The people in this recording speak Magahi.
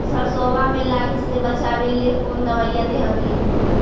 सरसोबा मे लाहि से बाचबे ले कौन दबइया दे हखिन?